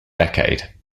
decade